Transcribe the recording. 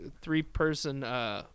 three-person